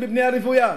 בבנייה רוויה.